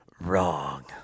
Wrong